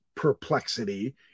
perplexity